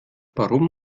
warum